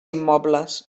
immobles